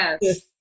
Yes